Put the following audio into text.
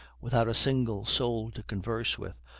without a single soul to converse with,